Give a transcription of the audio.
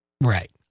Right